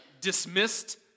dismissed